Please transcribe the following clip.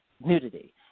nudity